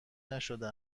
نشده